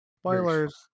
spoilers